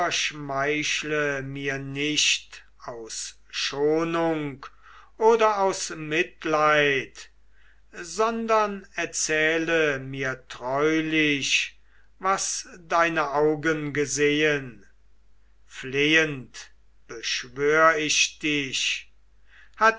schmeichle mir nicht aus schonung oder aus mitleid sondern erzähle mir treulich was deine augen gesehen flehend beschwör ich dich